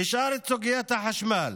נשארה סוגיית החשמל.